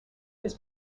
his